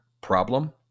problem